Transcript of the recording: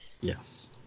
Yes